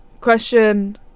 Question